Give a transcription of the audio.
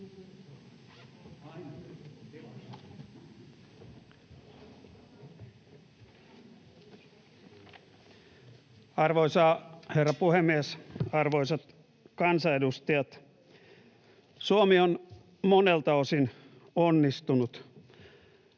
Arvoisa herra puhemies! Arvoisat kansanedustajat! Suomi on monelta osin onnistunut